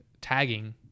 tagging